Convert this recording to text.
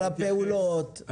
על הפעולות,